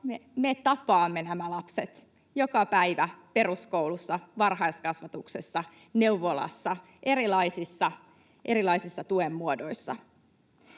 me tapaamme nämä lapset joka päivä peruskoulussa, varhaiskasvatuksessa, neuvolassa erilaisissa tuen muodoissa.